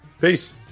Peace